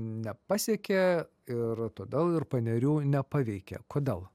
nepasiekė ir todėl ir panerių nepaveikė kodėl